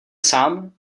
sám